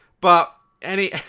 but any.